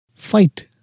fight